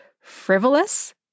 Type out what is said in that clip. frivolous